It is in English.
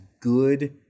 good